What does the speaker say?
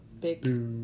Big